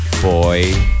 boy